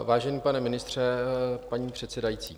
Vážený pane ministře, paní předsedající.